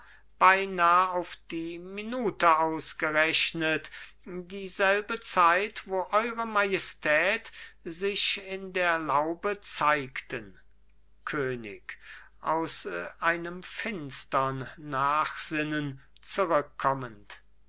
beinah auf die minute ausgerechnet dieselbe zeit wo eure majestät sich in der laube zeigten könig aus einem finstern nachsinnen zurückkommend